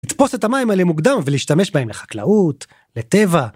לתפוס את המים האלה מוקדם ולהשתמש בהם לחקלאות, לטבע.